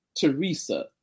Teresa